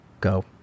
go